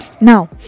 now